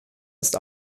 ist